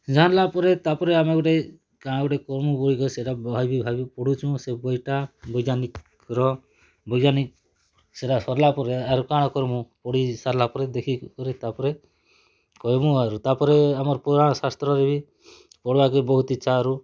ଜାନଲା ପରେ ତା'ପରେ ଆମେ ଗୋଟେ କାଁ ଗୋଟେ କରମୁ ବୋଲି କ ସେଇଟା ଭାବି ଭାବି ପଢ଼ୁଛୁଁ ସେ ବହିଟା ବୈଜ୍ଞାନିକ୍ ର ବୈଜ୍ଞାନିକ୍ ସେଇଟା ସରିଲା ପରେ ଆର୍ କାଣ କରମୁ ପଢ଼ି ସାରିଲା ପରେ ଦେଖି କି କରି ତା'ପରେ କହିମୁ ଆର୍ ତା'ପରେ ଆମର ପୂରାଣ୍ ଶାସ୍ତ୍ର ଇଏ ବି ପଢ଼୍ ବାକେ ବହୁତ ଇଚ୍ଛା ଆରୁ